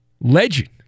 legend